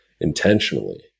intentionally